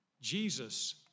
Jesus